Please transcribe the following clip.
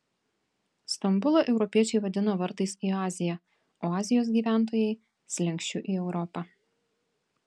stambulą europiečiai vadina vartais į aziją o azijos gyventojai slenksčiu į europą